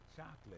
chocolate